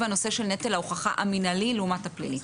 נושא נטל ההוכחה המינהלי לעומת הפלילי.